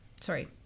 sorry